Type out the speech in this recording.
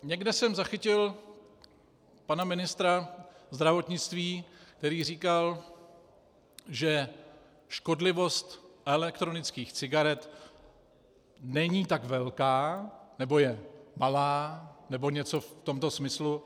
Někde jsem zachytil pana ministra zdravotnictví, který říkal, že škodlivost elektronických cigaret není tak velká, nebo je malá nebo něco v tomto smyslu.